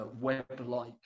web-like